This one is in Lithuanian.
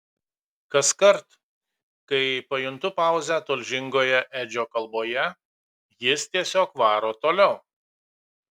kaskart kai pajuntu pauzę tulžingoje edžio kalboje jis tiesiog varo toliau